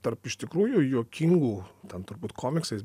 tarp iš tikrųjų juokingų ten turbūt komiksais